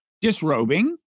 disrobing